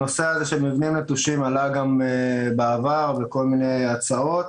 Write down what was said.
הנושא הזה של מבנים נטושים עלה גם בעבר בכל מיני הצעות.